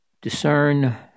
discern